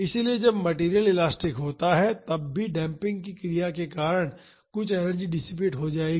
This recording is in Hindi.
इसलिए जब मैटेरियल इलास्टिक होता है तब भी डेम्पिंग की क्रिया के कारण कुछ एनर्जी डिसिपेट हो जाएगी